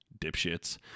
dipshits